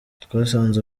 twasanze